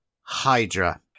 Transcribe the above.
Hydra